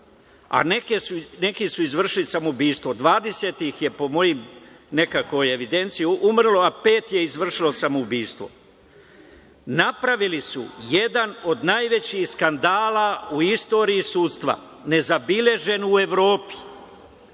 a neki su izvršili samoubistvo, 20 ih je po mojim nekoj evidenciji umrlo, a pet je izvršilo samoubistvo. Napravili su jedan od najvećih skandala u istoriji sudstva, nezabeležen u Evropi.